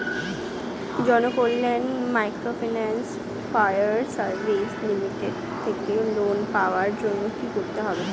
Janakalyan microfinance fire service limited থেকে loan পাওয়ার জন্য কি করতে হবে?